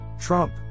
Trump